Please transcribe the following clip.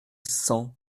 cent